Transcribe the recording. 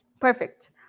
Perfect